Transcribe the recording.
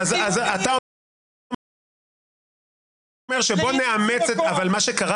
רציתי לומר משהו